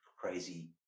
crazy